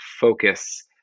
focus